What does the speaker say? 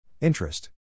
Interest